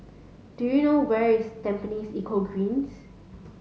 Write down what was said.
do you know where is Tampines Eco Greens